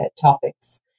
topics